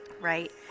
right